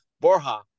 Borja